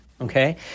Okay